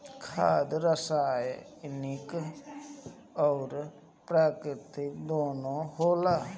खाद रासायनिक अउर प्राकृतिक दूनो होला